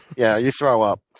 yeah, you throw up.